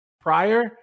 prior